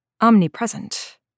omnipresent